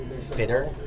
fitter